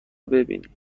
ببینی